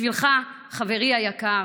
בשבילך, חברי היקר,